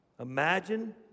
Imagine